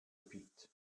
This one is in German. pit